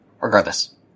Regardless